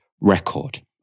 record